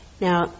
Now